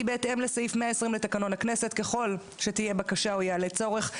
בהתאם לסעיף 120 לתקנון הכנסת ככל שתהיה בקשה או יעלה צורך,